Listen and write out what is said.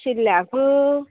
शिगल्याक